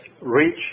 reach